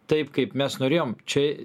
taip kaip mes norėjom čia